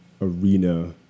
arena